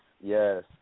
yes